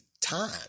time